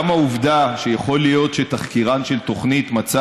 גם העובדה שיכול להיות שתחקירן של תוכנית מצא